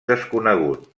desconegut